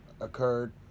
occurred